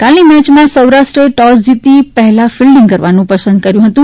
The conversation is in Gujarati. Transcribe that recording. ગઇકાલની મેચમાં સૌરાષ્ટ્રે ટોસ જીતી પહેલા ફિલ્ડિંગ લેવાનું પસંદ કર્યું હતું